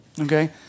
Okay